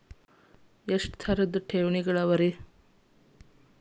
ಎಷ್ಟ ರೇತಿ ಠೇವಣಿಗಳ ಅವ?